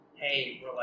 hey